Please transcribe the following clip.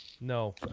No